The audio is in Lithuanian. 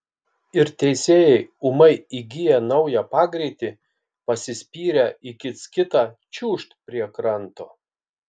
ir teisėjai ūmai įgiję naują pagreitį pasispyrę į kits kitą čiūžt prie kranto